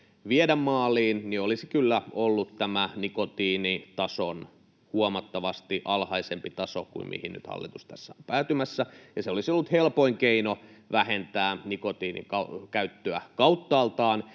viedä maaliin, olisi kyllä ollut nikotiinitason huomattavasti alhaisempi taso kuin mihin nyt hallitus on tässä päätymässä. Se olisi ollut helpoin keino vähentää nikotiinin käyttöä kauttaaltaan